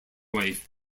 wife